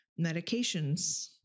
medications